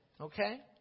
Okay